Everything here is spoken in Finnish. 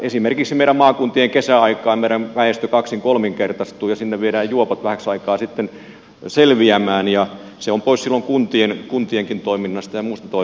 esimerkiksi kesäaikaan meidän maakuntiemme väestö kaksin kolminkertaistuu ja sinne viedään juopot vähäksi aikaa sitten selviämään ja se on pois silloin kuntienkin toiminnasta ja muusta toiminnasta